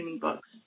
books